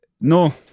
No